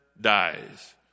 dies